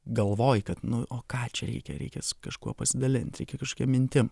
galvoji kad nu o ką čia reikia reikia su kažkuo pasidalint reikia kažkokia mintim